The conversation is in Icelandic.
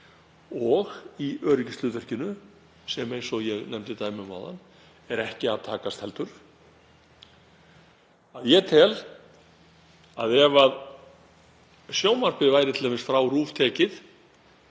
og í öryggishlutverkinu, sem eins og ég nefndi dæmi um áðan er ekki að takast heldur. Ég tel að ef sjónvarpið væri t.d. frá RÚV tekið